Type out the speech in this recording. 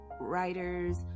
writers